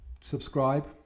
Subscribe